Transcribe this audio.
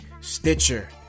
Stitcher